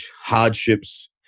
hardships